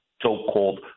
so-called